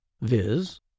viz